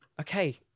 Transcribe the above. okay